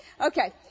Okay